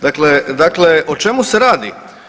Dakle, dakle o čemu se radi.